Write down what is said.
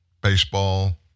baseball